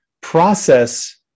process